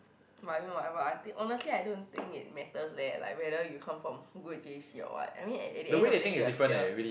but I mean whatever I think honestly I don't think it matters leh like whether you come from good J_C or what I mean at at the end of day you are still